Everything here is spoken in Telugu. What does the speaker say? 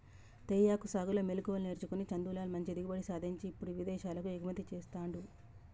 తేయాకు సాగులో మెళుకువలు నేర్చుకొని చందులాల్ మంచి దిగుబడి సాధించి ఇప్పుడు విదేశాలకు ఎగుమతి చెస్తాండు